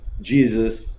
Jesus